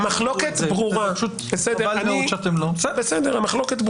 המחלוקת ברורה עם הממשלה.